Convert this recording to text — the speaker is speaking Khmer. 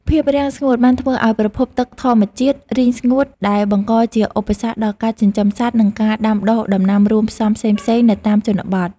ភាពរាំងស្ងួតបានធ្វើឱ្យប្រភពទឹកធម្មជាតិរីងស្ងួតដែលបង្កជាឧបសគ្គដល់ការចិញ្ចឹមសត្វនិងការដាំដុះដំណាំរួមផ្សំផ្សេងៗនៅតាមជនបទ។